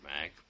Mac